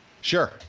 Sure